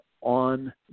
on